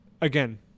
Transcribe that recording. again